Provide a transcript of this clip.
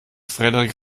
frederik